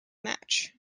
match